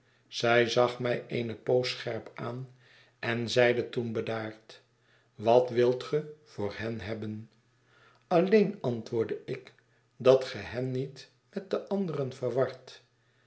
zij zag mij eene poos scherp aan en zeide toen bedaard wat wilt ge voor hen hebben alleen antwoordde ik dat ge hen niet met de anderen verwart